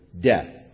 death